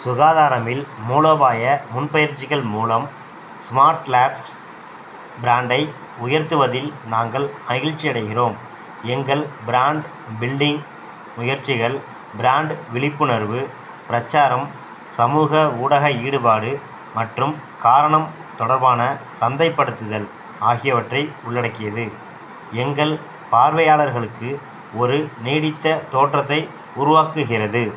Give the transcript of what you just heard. சுகாதாரம் இல் மூலோபாய முன் பயிற்சிகள் மூலம் ஸ்மார்ட் லேப்ஸ் ப்ராண்டை உயர்த்துவதில் நாங்கள் மகிழ்ச்சியடைகிறோம் எங்கள் ப்ராண்ட் பில்டிங் முயற்சிகள் ப்ராண்ட் விழிப்புணர்வு பிரச்சாரம் சமூக ஊடக ஈடுபாடு மற்றும் காரணம் தொடர்பான சந்தைப்படுத்துதல் ஆகியவற்றை உள்ளடக்கியது எங்கள் பார்வையாளர்களுக்கு ஒரு நீடித்த தோற்றத்தை உருவாக்குகிறது